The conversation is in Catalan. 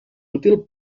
útil